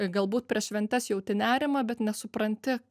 galbūt prieš šventes jauti nerimą bet nesupranti